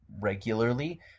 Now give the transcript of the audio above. regularly